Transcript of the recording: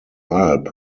alb